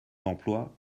d’emploi